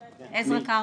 קרני.